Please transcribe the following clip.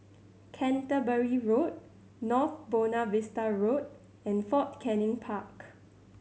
Canterbury Road North Buona Vista Road and Fort Canning Park